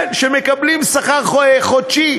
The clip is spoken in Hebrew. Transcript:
כן, הם מקבלים שכר חודשי.